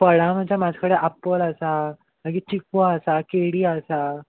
फळां म्हणजे म्हाजे कडेन आपोल आसा मागीर चिकू आसा केळी आसा